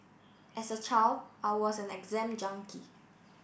as a child I was an exam junkie